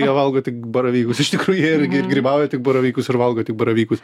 jie valgo tik baravykus iš tikrųjų jie irgi ir grybauja tik baravykus ir valgo tik baravykus